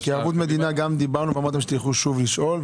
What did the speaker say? כי ערבות מדינה גם דיברנו ואמרתם שתלכו שוב לשאול.